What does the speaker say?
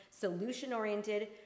solution-oriented